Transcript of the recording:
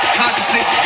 consciousness